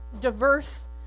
diverse